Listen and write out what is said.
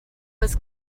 was